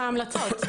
ההמלצות?